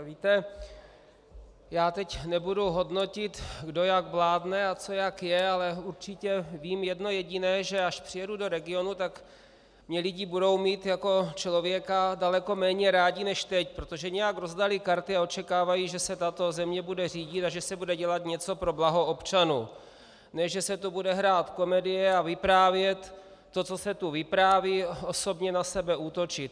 Víte, já teď nebudu hodnotit, kdo jak vládne a co jak je, ale určitě vím jedno jediné, že až přijedu do regionu, tak mě lidi budou mít jako člověka daleko méně rádi než teď, protože nějak rozdali karty a očekávají, že se tato země bude řídit a že se bude dělat něco pro blaho občanů, ne že se tu bude hrát komedie a vyprávět to, co se tu vypráví, osobně na sebe útočit.